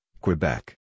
Quebec